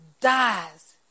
dies